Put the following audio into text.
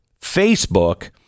facebook